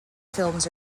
films